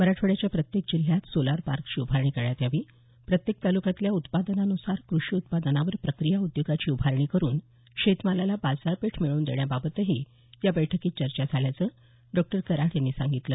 मराठवाड्याच्या प्रत्येक जिल्ह्यात सोलार पार्कची उभारणी करण्यात यावी प्रत्येक तालुक्यातल्या उत्पादनानुसार कृषी उत्पादनावर प्रक्रिया उद्योगाची उभारणी करून शेतमालाला बाजारपेठ मिळवून देण्याबाबतही या बैठकीत चर्चा झाल्याचं डॉ कराड यांनी सांगितलं